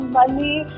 money